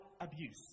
abuse